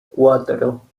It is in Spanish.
cuatro